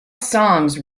songs